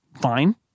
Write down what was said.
fine